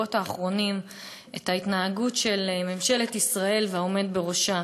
בשבועות האחרונים את ההתנהגות של ממשלת ישראל והעומד בראשה,